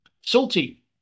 Salty